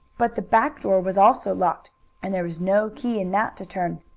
but the back door was also locked and there was no key in that to turn.